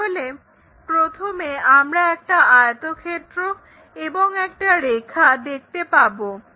তাহলে প্রথমে আমরা একটা আয়তক্ষেত্র এবং একটা রেখা দেখতে পাবো